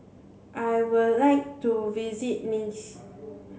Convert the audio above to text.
I would like to visit Minsk